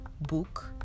book